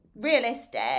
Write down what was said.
realistic